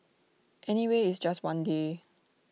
anyway it's just one day